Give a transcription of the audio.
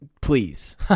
please